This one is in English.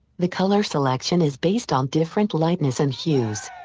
the color selection is based on different lightness and hues.